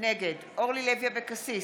נגד אורלי לוי אבקסיס,